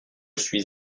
suis